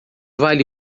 vale